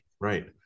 right